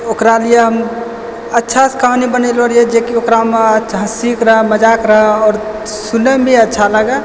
ओकरा लिए हम अच्छा से कहानी बनेलो रहिए जेकि ओकरा मे हँसी ओकरा मे मज़ाक़ रहै आओर सुनय मे अच्छा लागै